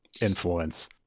influence